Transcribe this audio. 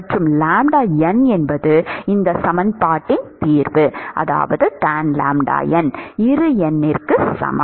மற்றும் என்பது இந்த சமன்பாட்டின் தீர்வு tan இரு எண்ணுக்கு சமம்